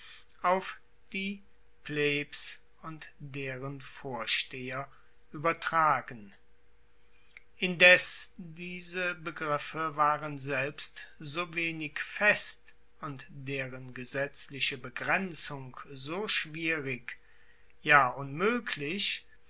auf die plebs und deren vorsteher uebertragen indes diese begriffe waren selbst so wenig fest und deren gesetzliche begrenzung so schwierig ja